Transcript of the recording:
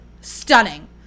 stunning